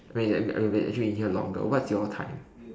we we've been actually in here longer what's your time